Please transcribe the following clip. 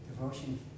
Devotion